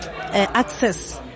access